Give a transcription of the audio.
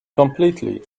completely